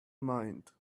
mind